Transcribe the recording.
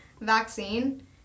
vaccine